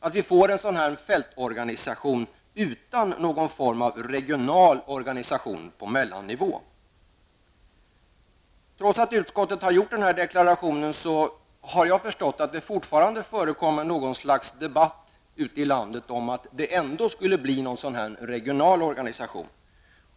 Det är bra att vi får en fältorganisation utan någon form av regional organisation på mellannivå. Trots utskottets deklaration förekommer det fortfarande, såvitt jag förstår, ett slags debatt ute i landet om att det ändå skulle bli en regional organisation.